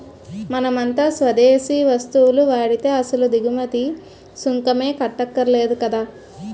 మనమంతా స్వదేశీ వస్తువులు వాడితే అసలు దిగుమతి సుంకమే కట్టక్కర్లేదు కదా